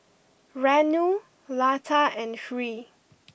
Renu Lata and Hri